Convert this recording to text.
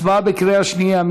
הצבעה בקריאה שנייה.